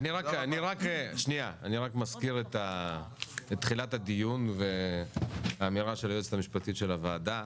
אני רק מזכיר את תחילת הדיון ואת האמירה של היועצת המשפטית של הוועדה,